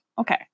Okay